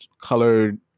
colored